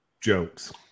jokes